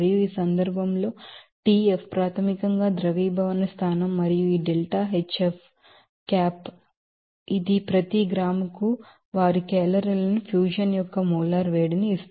మరియు ఈ సందర్భంలో Tf ప్రాథమికంగా మెల్టింగ్ పాయింట్ మరియు ఈ ΔHf hat ఇది ప్రతి గ్రాముకు వారి కేలరీలను ఫ్యూజన్ యొక్క మోలార్ వేడిమి